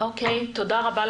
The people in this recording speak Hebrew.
תודה רבה.